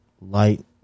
light